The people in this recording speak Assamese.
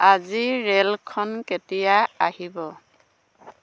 আজি ৰে'লখন কেতিয়া আহিব